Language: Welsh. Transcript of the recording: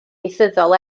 ieithyddol